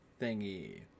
thingy